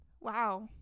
Wow